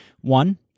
one